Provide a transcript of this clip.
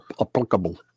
Applicable